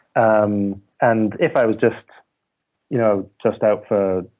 um and if i was just you know just out for